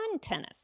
tennis